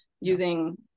using